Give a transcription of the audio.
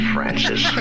Francis